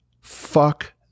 Fuck